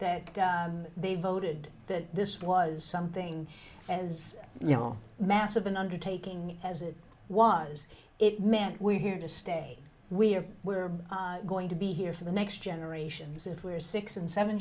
that they voted that this was something as you know massive an undertaking as it was it meant we're here to stay we're we're going to be here for the next generations if we're six and seven